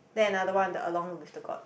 then another one the along with the court